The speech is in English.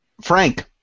Frank